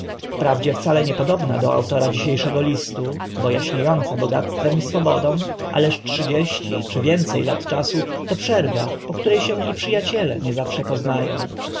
wprawdzie wcale niepodobna do autora dzisie szego listu bo aśnie ąca bogactwem i swobodą ależ trzydzieści czy więce lat czasu to przerwa po które się i przy aciele nie zawsze pozna